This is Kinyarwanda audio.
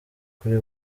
kuri